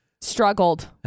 struggled